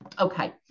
okay